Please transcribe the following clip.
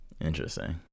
interesting